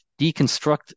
deconstruct